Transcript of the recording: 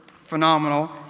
phenomenal